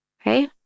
okay